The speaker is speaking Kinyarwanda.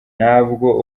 ntabwo